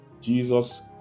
Jesus